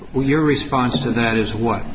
with your response to that is what